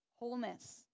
Wholeness